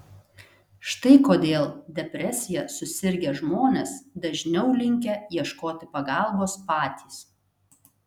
štai kodėl depresija susirgę žmonės dažniau linkę ieškoti pagalbos patys